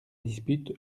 dispute